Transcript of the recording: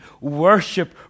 worship